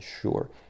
sure